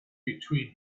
between